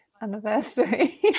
anniversary